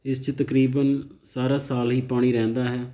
ਇਸ 'ਚ ਤਕਰੀਬਨ ਸਾਰਾ ਸਾਲ ਹੀ ਪਾਣੀ ਰਹਿੰਦਾ ਹੈ